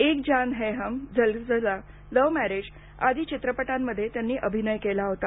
एक Jaan Hai Hum Zalzala love marriage आदी चित्रपटांमध्ये त्यांनी अभिनय केला होता